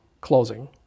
closing